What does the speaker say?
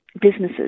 businesses